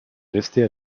rester